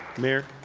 mayor?